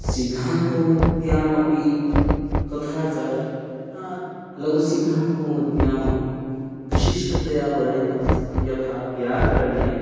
सिद्धान्तकौमुद्याम् अपि तथा च लघुसिद्धान्तकौमुद्यामपि विशिष्टतया वर्णितमस्ति यथा व्याकरणे